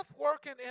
working